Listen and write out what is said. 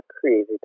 crazy